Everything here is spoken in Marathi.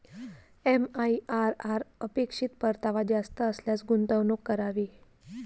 एम.आई.आर.आर अपेक्षित परतावा जास्त असल्यास गुंतवणूक करावी